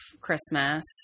Christmas